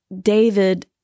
David